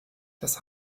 das